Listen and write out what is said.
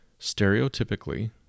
Stereotypically